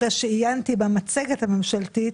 אחרי שעיינתי במצגת הממשלתית,